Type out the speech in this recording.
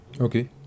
Okay